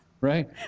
Right